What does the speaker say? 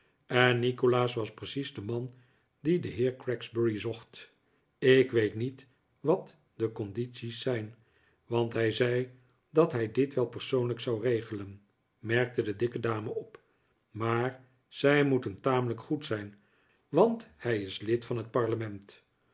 en nikolaas was precies de man dien de heer gregsbury zocht ik weet niet wat de condities zijn want hij zei dat hij dit wel persoonlijk zou regelen merkte de dikke dame op maar zij moeten tamelijk goed zijn want hij is lid van het parlement